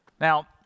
Now